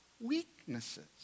weaknesses